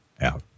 out